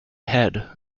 head